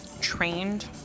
trained